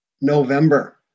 November